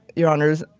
your honors,